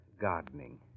gardening